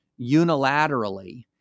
unilaterally